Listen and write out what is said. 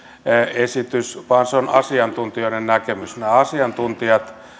esitys vaan se on asiantuntijoiden näkemys nämä asiantuntijat